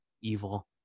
evil